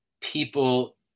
people